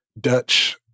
Dutch